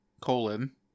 colon